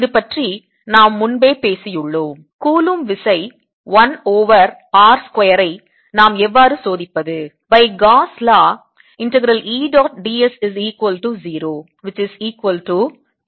இது பற்றி நாம் முன்பே பேசியுள்ளோம் கூலும் விசை 1 ஓவர் r ஸ்கொயர் ஐ நாம் எவ்வாறு சோதிப்பது